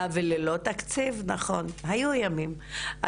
אה וללא תקציב נכון, היו ימים.